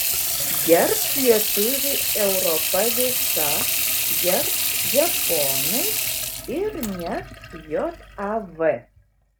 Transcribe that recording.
gerbs lietuvį europa visa gerbs japonai ir net jav